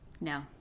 no